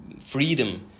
freedom